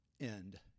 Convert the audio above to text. end